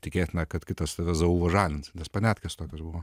tikėtina kad kitas tave zauvažalins nes paniatkės tokios buvo